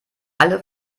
alle